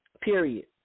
Period